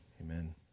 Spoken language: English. Amen